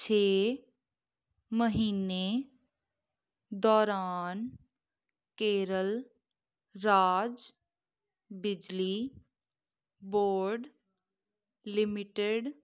ਛੇ ਮਹੀਨੇ ਦੌਰਾਨ ਕੇਰਲ ਰਾਜ ਬਿਜਲੀ ਬੋਰਡ ਲਿਮਟਿਡ